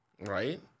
right